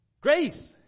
Grace